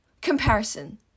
comparison